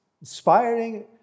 inspiring